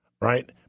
Right